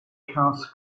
cast